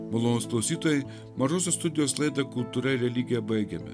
malonūs klausytojai mažosios studijos laidą kultūra ir religija baigiame